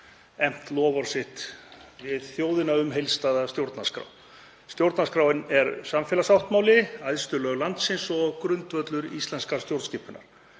efnt loforð sitt við þjóðina um heildstæða stjórnarskrá. Stjórnarskráin er samfélagssáttmáli, æðstu lög landsins og grundvöllur íslenskrar stjórnskipunar.